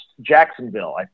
Jacksonville